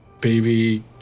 Baby